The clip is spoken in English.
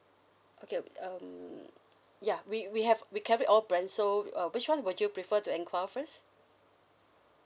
okay um ya we we have we carry all brands so uh which one would you prefer to enquire first